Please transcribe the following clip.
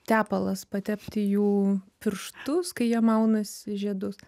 tepalas patepti jų pirštus kai jie maunasi žiedus